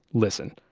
listen,